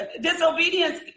disobedience